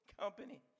company